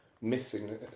missing